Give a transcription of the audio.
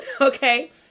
Okay